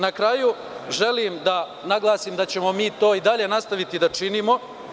Na kraju, želim da naglasim da ćemo mi to i dalje nastaviti da činimo.